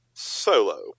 Solo